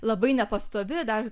labai nepastovi dar